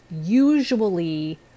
usually